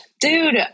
Dude